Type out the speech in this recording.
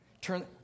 Turn